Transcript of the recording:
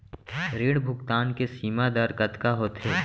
ऋण भुगतान के सीमा दर कतका होथे?